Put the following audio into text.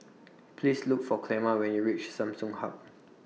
Please Look For Clemma when YOU REACH Samsung Hub